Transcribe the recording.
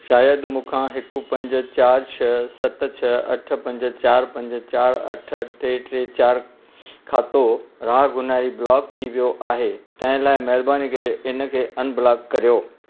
शायदि मूंखां हिकु पंज चार छह सत छह अठ पंज चार पंज चार अठ टे टे चार खातो रागुनाही ब्लॉक थी वियो आहे तंहिं लाइ महिरबानी करे इन खे अनब्लॉक करियो